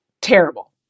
terrible